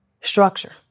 Structure